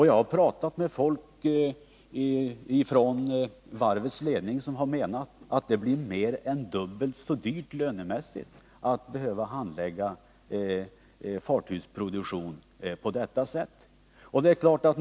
Jag har talat med folk från varvets ledning som har menat att det blir mer än dubbelt så dyrt lönemässigt att behöva handlägga fartygsproduktion på detta sätt.